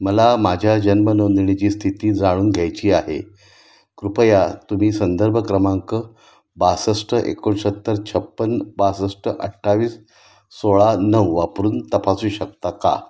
मला माझ्या जन्मनोंदणीची स्थिती जाणून घ्यायची आहे कृपया तुम्ही संदर्भ क्रमांक बासष्ट एकोणसत्तर छप्पन बासष्ट अठ्ठावीस सोळा नऊ वापरून तपासू शकता का